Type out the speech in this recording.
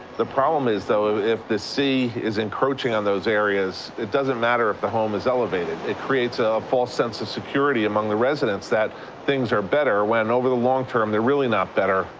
the problem is, though, if the sea is encroaching on those areas, it doesn't matter if the home is elevated. it creates a false sense of security among the residents that things are better when, over the long term, they're really not better.